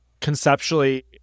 Conceptually